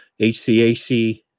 HCAC